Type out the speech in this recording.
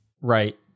right